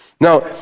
Now